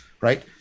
right